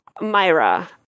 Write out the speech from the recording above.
Myra